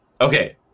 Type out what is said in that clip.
Okay